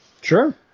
Sure